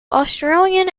australian